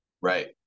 Right